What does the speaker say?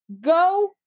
Go